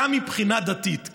גם מבחינה דתית,